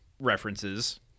references